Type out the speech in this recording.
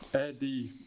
eddie.